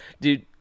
Dude